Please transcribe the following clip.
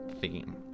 theme